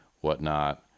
whatnot